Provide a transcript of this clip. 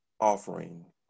offering